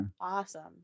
Awesome